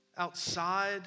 Outside